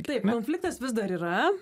taip konfliktas vis dar yra